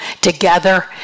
together